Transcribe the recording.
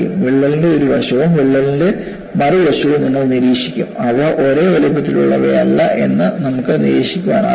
വിള്ളലിന്റെ ഒരു വശവും വിള്ളലിന്റെ മറുവശവും നിങ്ങൾ നിരീക്ഷിക്കും അവ ഒരേ വലുപ്പത്തിലുള്ളവയല്ല എന്ന് നമുക്ക് നിരീക്ഷിക്കാനാകും